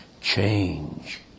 change